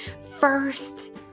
first